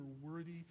worthy